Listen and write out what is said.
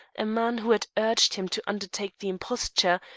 a man who had urged him to undertake the imposture,